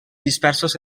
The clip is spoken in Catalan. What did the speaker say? dispersos